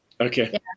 okay